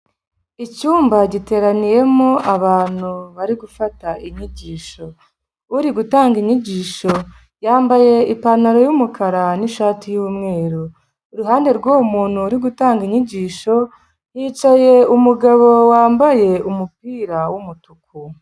Icyumba giteraniyemo abantu bari gufata inyigisho uri gutanga inyigisho yambaye ipantaro y'umukara n'ishati y'umweru iruhande rw'uwo muntu uri gutanga inyigisho hicaye umugabo wambaye umupira w'umutuku.